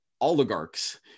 oligarchs